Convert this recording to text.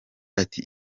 ati